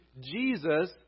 Jesus